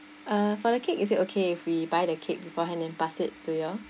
uh for the cake is it okay if we buy the cake beforehand and pass it to you all